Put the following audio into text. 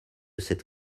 cette